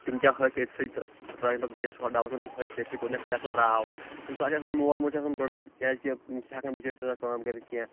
تِم کیاہ ۂکھۍ أتھۍ سٕے تہٕ ترٛٲیِنۍ پَتہٕ بیٚیِس ہُہ ڈَبَس منٛز تِم ۂکھۍ تٔتۍ سٕے کوٚرنکھ پرٛٮ۪س وٮ۪س درٛاو کُنہِ ساتہٕ چھِ آسان مول موج چھِ آسان بٔڈٕ کیازِکہ سُہ ہٮ۪کہِ نہٕ بِچٲرۍ تیٖژاہ کٲم کٔرِتھ کینٛہہ